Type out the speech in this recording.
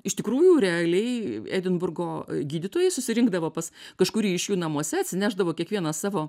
iš tikrųjų realiai edinburgo gydytojai susirinkdavo pas kažkurį iš jų namuose atsinešdavo kiekvienas savo